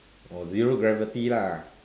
or zero gravity lah